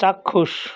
চাক্ষুষ